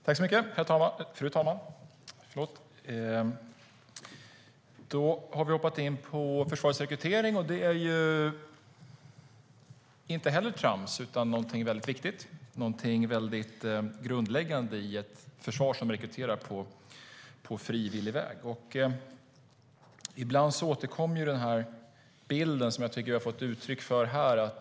Fru talman! Vi har nu hoppat in på försvarets rekrytering. Det är inte heller trams, utan någonting väldigt viktigt och grundläggande i ett försvar som rekryterar på frivillig väg. Ibland återkommer den bild som jag tycker har kommit till uttryck här.